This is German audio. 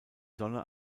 sonne